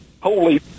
holy